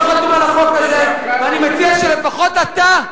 ואני מציע שלפחות אתה,